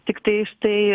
tiktais tai